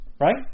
Right